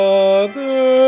Father